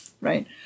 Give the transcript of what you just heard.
right